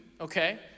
okay